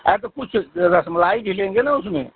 अरे तो कुछ रसमलाई ले लेंगे ना उसमें